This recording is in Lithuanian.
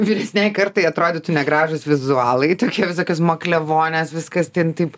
vyresniajai kartai atrodytų negražūs vizualai tokie visokios maklevonės viskas ten taip